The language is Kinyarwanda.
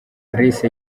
alice